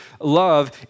Love